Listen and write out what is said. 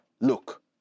Look